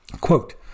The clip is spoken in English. Quote